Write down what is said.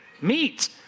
meat